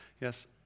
Yes